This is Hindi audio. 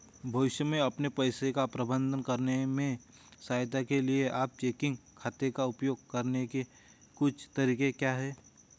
भविष्य में अपने पैसे का प्रबंधन करने में सहायता के लिए आप चेकिंग खाते का उपयोग करने के कुछ तरीके क्या हैं?